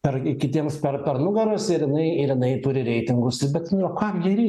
ar kitiems per per nugaras ir jinai ir jinai turi reitingus bet nu kam jai reik